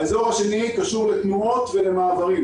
האזור השני קשור לתנועות ולמעברים.